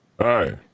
Hi